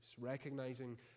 recognizing